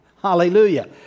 Hallelujah